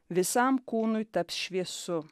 visam kūnui taps šviesu